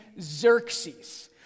Xerxes